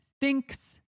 thinks